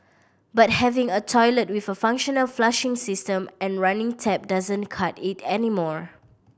but having a toilet with a functional flushing system and running tap doesn't cut it anymore